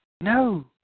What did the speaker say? No